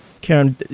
Karen